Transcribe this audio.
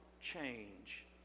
change